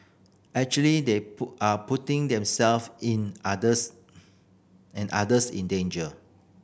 actually they are putting themself in others and others in danger